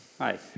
Hi